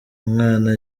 umwana